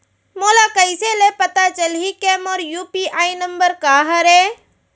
मोला कइसे ले पता चलही के मोर यू.पी.आई नंबर का हरे?